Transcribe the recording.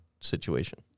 situation